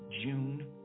June